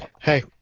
Hey